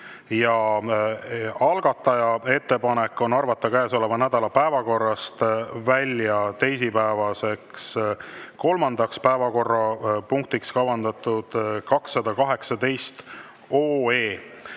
ja algataja ettepanek on arvata käesoleva nädala päevakorrast välja teisipäeval kolmandaks päevakorrapunktiks kavandatud 218 OE.